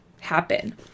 happen